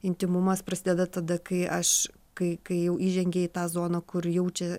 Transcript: intymumas prasideda tada kai aš kai kai jau įžengia į tą zoną kur jaučia